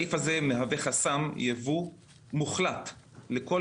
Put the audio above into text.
הסעיף הזה מהווה חסם ייבוא מוחלט לכל